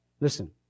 Listen